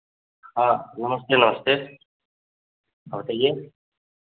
हाँ नमस्ते नमस्ते हाँ बताइए